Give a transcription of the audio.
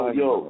yo